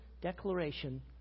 declaration